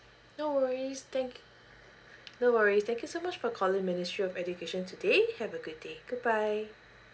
no worries thank y~ no worries thank you so much for calling ministry of education today have a great day goodbye